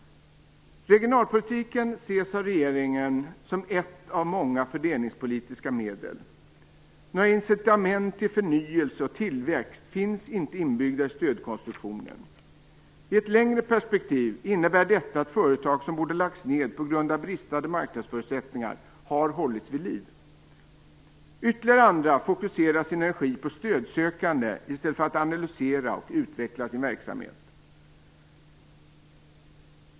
Regionalpolitiken ses av regeringen som ett av många fördelningspolitiska medel. Några incitament till förnyelse och tillväxt finns inte inbyggda i stödkonstruktionen. I ett längre perspektiv innebär detta att företag som borde ha lagts ned på grund av bristande marknadsförutsättningar har hållits vid liv. Ytterligare andra fokuserar sin energi på stödsökande i stället för att analysera och utveckla sin verksamhet.